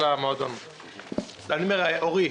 אורי,